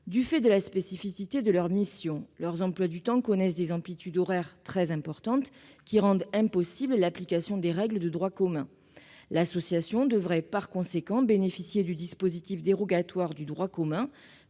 Du fait de la spécificité de leur mission, les emplois du temps de ces personnels présentent des amplitudes horaires très importantes, rendant impossible l'application des règles de droit commun. L'association devrait en conséquence bénéficier du dispositif dérogatoire prévu